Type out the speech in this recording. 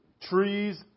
trees